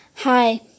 Hi